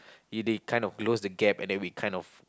they kind of close the gap and then we kind of